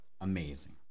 Amazing